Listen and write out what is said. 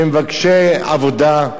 של מבקשי עבודה,